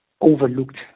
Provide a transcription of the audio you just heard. overlooked